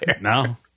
No